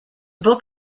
book